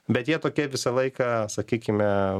bet jie tokie visą laiką sakykime